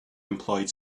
employed